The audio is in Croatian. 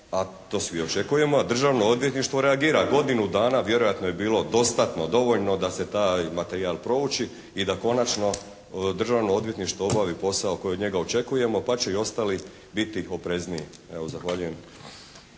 a to svi očekujemo da Državno odvjetništvo reagira. Godinu dana vjerojatno je bilo dostatno, dovoljno da se taj materijal prouči i da konačno Državno odvjetništvo obavio posao koji od njega očekujemo pa će i ostalo bit oprezniji. Evo, zahvaljujem.